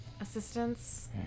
assistance